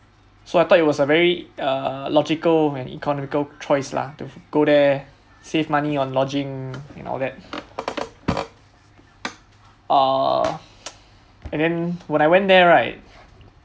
so I thought it was a very uh logical and economical choice lah to go there save money on lodging and all that err and then when I went there right